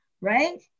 right